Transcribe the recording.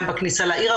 גם בכניסה לעיר,